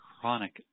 chronic